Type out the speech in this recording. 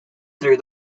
through